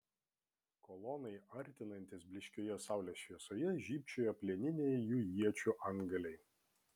kolonai artinantis blyškioje saulės šviesoje žybčiojo plieniniai jų iečių antgaliai